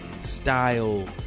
style